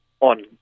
on